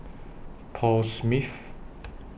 Paul Smith